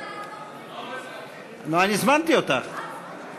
בפני חוק מהפכני וחשוב שכולנו גאים בו.